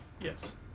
Yes